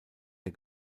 der